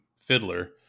fiddler